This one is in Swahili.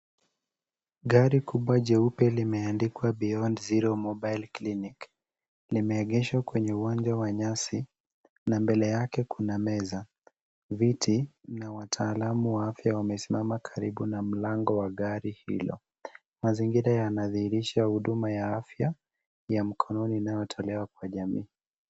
Gari kubwa jeupe limeandikwa Beyond Zero mobile Clinic , limeegeshwa kwenye uwanja wa nyasi na mbele yake kuna meza, viti na wataalamu wa afya wamesimama karibu na mlango wa gari hilo. Mazingira yanadhihirisha huduma ya afya ya mkononi inayotolewa kwa jamii.